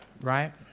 Right